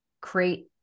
create